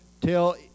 tell